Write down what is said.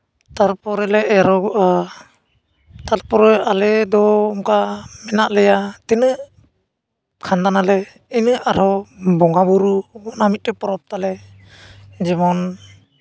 ᱛᱟᱨᱯᱚᱨᱮ ᱞᱮ ᱮᱨᱚᱜᱚᱜᱼᱟ ᱛᱟᱨᱯᱚᱨᱮ ᱟᱞᱮ ᱫᱚ ᱚᱱᱠᱟ ᱢᱮᱱᱟᱜ ᱞᱮᱭᱟ ᱛᱤᱱᱟᱹᱜ ᱠᱷᱟᱱᱫᱟᱱᱟᱞᱮ ᱩᱱᱟᱹᱜ ᱟᱨᱦᱚᱸ ᱵᱚᱸᱜᱟᱼᱵᱩᱨᱩ ᱚᱱᱟ ᱢᱤᱫᱴᱮᱱ ᱯᱚᱨᱚᱵᱽ ᱛᱟᱞᱮ ᱡᱮᱢᱚᱱ